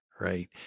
right